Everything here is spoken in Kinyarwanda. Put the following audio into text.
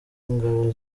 ingabo